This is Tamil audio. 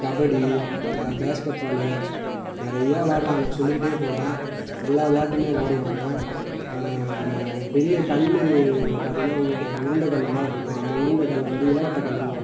கபடி பேஸ்கெட் பாலு நிறையா விளையாடுவாங்க சொல்லிக்கிட்டே போகலாம் எல்லா விளையாட்டுமே விளையாடுவாங்க பெரிய கல் பார்த்திங்கன்னா உ உருண்டை கல் மாதிரிருக்கும் அந்த உருண்டை கல்லை வந்து இளவட்ட கல்லுன்னுவாங்க